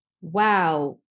wow